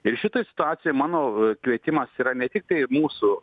ir šitoj situacijoj mano kvietimas yra ne tiktai mūsų